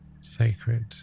sacred